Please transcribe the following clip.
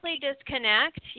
disconnect